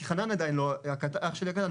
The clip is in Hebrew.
כי אח שלי הקטן,